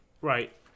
Right